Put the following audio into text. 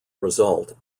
result